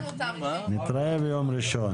נתראה ביום ראשון.